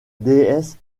déesse